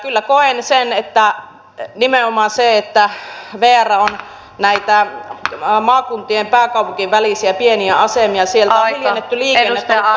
kyllä koen sen että nimenomaan koska vr on näiltä maakuntien pääkaupunkien välisiltä pieniltä asemilta hiljentänyt liikennettä niin on ollut pakko siirtyä yksityisautoiluun